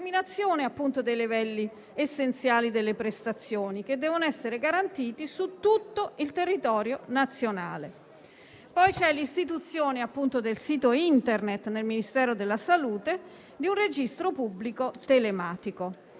prevista l'istituzione sul sito *Internet* del Ministero della salute di un Registro pubblico telematico.